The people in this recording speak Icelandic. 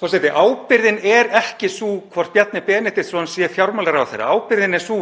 Forseti. Ábyrgðin er ekki sú hvort Bjarni Benediktsson sé fjármálaráðherra. Ábyrgðin er sú